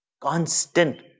constant